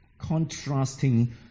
Contrasting